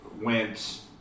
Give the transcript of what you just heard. went